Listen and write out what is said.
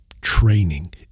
training